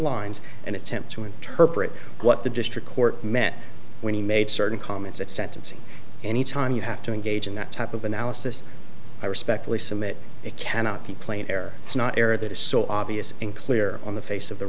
lines and attempt to interpret what the district court meant when he made certain comments at sentencing any time you have to engage in that type of analysis i respectfully submit it cannot be plain air it's not air that is so obvious and clear on the face of the